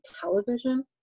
television